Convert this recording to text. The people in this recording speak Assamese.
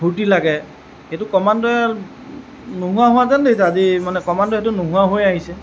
ফূৰ্ত্তি লাগে সেইটো ক্ৰমান্বয়ে নোহোৱা হোৱা যেন লাগিছে আজি মানে ক্ৰমান্বয়ে এইটো নোহোৱা হৈ আহিছে